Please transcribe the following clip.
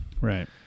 right